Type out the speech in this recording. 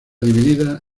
dividida